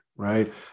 right